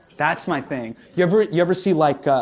that's my thing. you ever you ever see like, ah,